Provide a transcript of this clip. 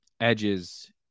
edges